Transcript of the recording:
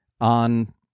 on